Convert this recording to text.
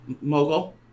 mogul